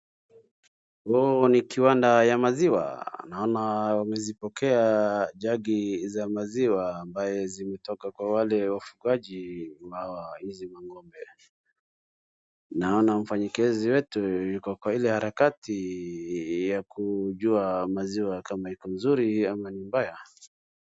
Huu ni kiwanda ya maziwa na naona amezipokea jagi za maziwa ambaye zimetoka kwa wale wafugaji wa hizi mang'ombe. Naona mfanyikazi wetu yuko kwa ile harakati ya kujua maziwa kama iko mzuri ama ni mbaya.